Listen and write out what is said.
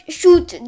shoot